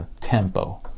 tempo